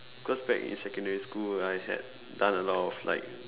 cause back in secondary school I had done a lot of like